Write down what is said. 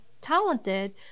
talented